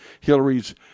Hillary's